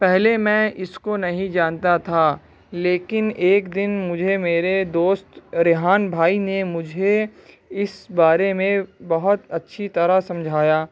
پہلے میں اس کو نہیں جانتا تھا لیکن ایک دن مجھے میرے دوست ریحان بھائی نے مجھے اس بارے میں بہت اچھی طرح سمجھایا